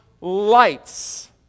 lights